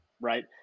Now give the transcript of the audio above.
right